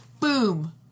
Boom